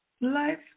Life